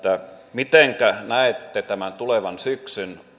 mitenkä näette tämän tulevan syksyn